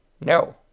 No